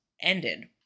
ended